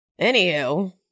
Anywho